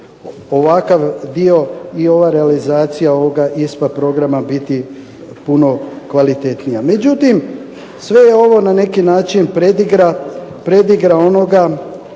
ovakav dio i ova realizacija ovoga ISPA programa biti puno kvalitetnija. Međutim sve je ovo na neki način predigra,